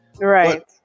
Right